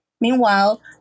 Meanwhile